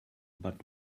but